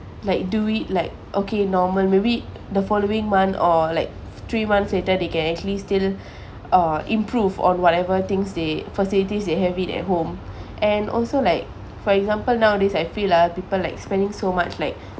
like do it like okay normal maybe the following month or like three months later they can actually still uh improve on whatever things they facilities they have it at home and also like for example nowadays I feel ah people like spending so much like